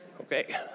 okay